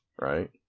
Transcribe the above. right